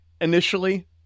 initially